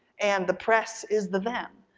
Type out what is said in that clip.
and the press is the them.